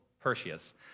Perseus